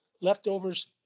leftovers